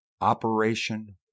Operation